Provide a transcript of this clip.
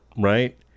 Right